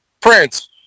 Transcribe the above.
Prince